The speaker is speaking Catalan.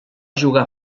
jugar